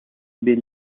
been